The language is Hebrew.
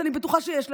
שאני בטוחה שיש לך.